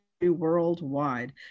worldwide